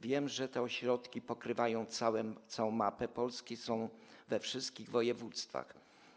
Wiem, że te ośrodki pokrywają całą mapę Polski, są we wszystkich województwach.